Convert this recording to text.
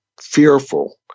fearful